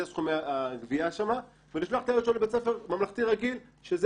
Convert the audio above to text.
סכומי הגביה שם ולשלוח את הילד שלו לבית ספר ממלכתי רגיל שזה